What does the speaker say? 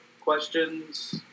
questions